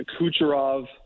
Kucherov